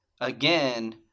again